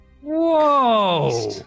Whoa